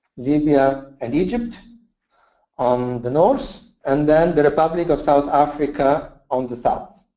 libya, and egypt um the north. and then the republic of south africa on the south.